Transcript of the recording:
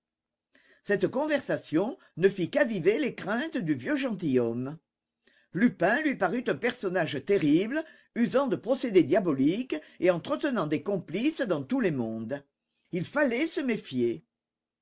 cette conversation ne fit qu'aviver les craintes du vieux gentilhomme lupin lui parut un personnage terrible usant de procédés diaboliques et entretenant des complices dans tous les mondes il fallait se méfier